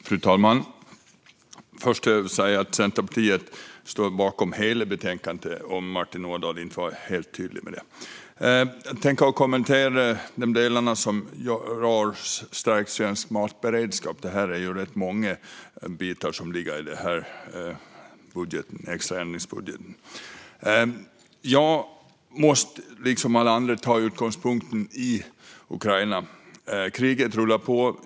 Fru talman! Först vill jag säga att Centerpartiet står bakom utskottets förslag i dess helhet, om Martin Ådahl inte var helt tydlig med det. Det är rätt många bitar som ligger i den här extra ändringsbudgeten, och jag tänkte kommentera de delar som rör en stärkt svensk matberedskap. Men jag måste liksom alla andra ta utgångspunkten i Ukraina. Kriget rullar på.